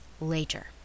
later